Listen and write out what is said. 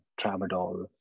tramadol